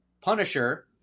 Punisher